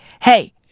hey